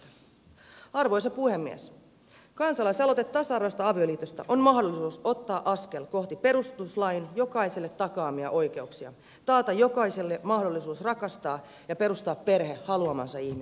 kansalaisaloite tasa arvoisesta avioliitosta on mahdollisuus ottaa askel kohti perustuslain jokaiselle takaamia oikeuksia taata jokaiselle mahdollisuus rakastaa ja perustaa perhe haluamansa ihmisen kanssa